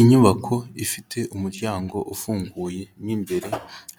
Inyubako ifite umuryango ufunguye mo imbere